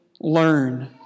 learn